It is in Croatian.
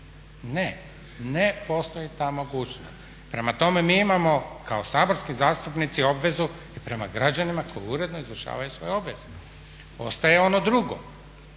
Ne, ne postoji ta mogućnost. Prema tome, mi imamo kao saborski zastupnici obvezu i prema građanima koji uredno izvršavaju svoje obveze. Ostaje ono drugo